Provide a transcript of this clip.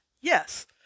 Yes